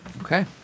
Okay